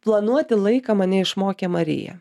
planuoti laiką mane išmokė marija